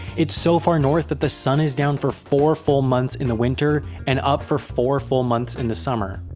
it's so far north that the sun is down for four full months in the winter and up for four full months in the summer.